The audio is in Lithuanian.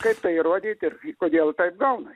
kad tai įrodyt ir kodėl taip gaunas